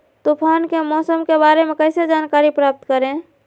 तूफान के मौसम के बारे में कैसे जानकारी प्राप्त करें?